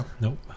Nope